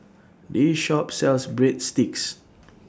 This Shop sells Breadsticks